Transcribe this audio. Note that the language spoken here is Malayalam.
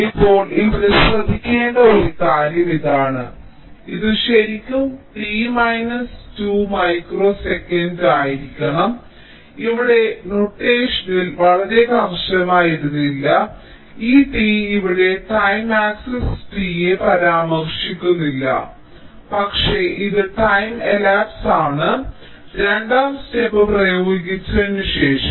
ഇപ്പോൾ ഞാൻ ഇവിടെ ശ്രദ്ധിക്കേണ്ട ഒരു കാര്യം ഇതാണ് ഇത് ശരിക്കും t മൈനസ് 2 മൈക്രോ സെക്കൻഡ് ആയിരിക്കണം ഞാൻ ഇവിടെ നൊട്ടേഷനിൽ വളരെ കർശനമായിരുന്നില്ല ഈ t ഇവിടെ ടൈം ആക്സിസ് t യെ പരാമർശിക്കുന്നില്ല പക്ഷേ ഇത് ടൈം എലാപ്സ് ആണ് രണ്ടാം ഘട്ടം പ്രയോഗിച്ചതിന് ശേഷം